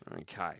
Okay